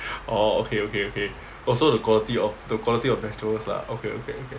orh okay okay okay oh so the quality of the quality of vegetables lah okay okay